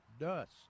dust